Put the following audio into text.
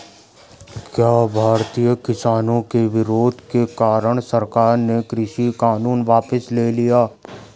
क्या भारतीय किसानों के विरोध के कारण सरकार ने कृषि कानून वापस ले लिया?